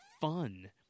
fun